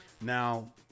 Now